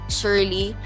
surely